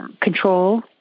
control